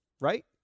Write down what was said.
right